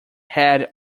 head